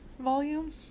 volume